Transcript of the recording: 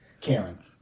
Karen